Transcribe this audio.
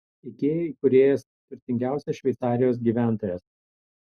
ikea įkūrėjas turtingiausias šveicarijos gyventojas